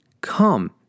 come